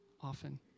often